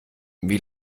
wie